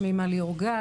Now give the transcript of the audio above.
שמי מלי אורגד,